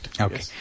Okay